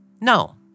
No